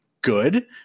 good